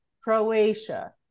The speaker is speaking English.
Croatia